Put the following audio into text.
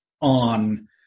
on